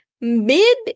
mid